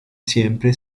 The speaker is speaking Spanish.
siempre